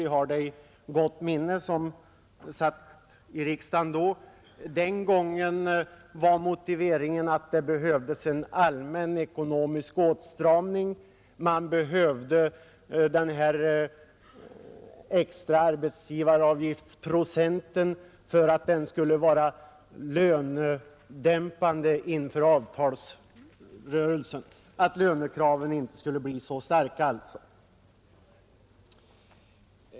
Vi som satt i riksdagen då har det i gott minne. Den gången var motiveringen att det behövdes en allmän ekonomisk åtstramning och att denna extra arbetsgivaravgiftsprocent skulle verka lönedämpande inför avtalsrörelsen, så att lönekraven inte skulle bli så stora.